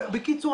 בקיצור,